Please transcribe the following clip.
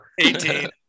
18